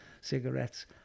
cigarettes